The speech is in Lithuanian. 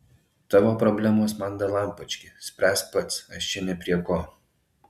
tavo problemos man dalampački spręsk pats aš čia ne prie ko